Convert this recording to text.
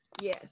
yes